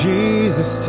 Jesus